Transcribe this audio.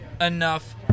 enough